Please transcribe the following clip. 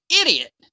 idiot